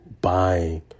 buying